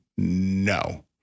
no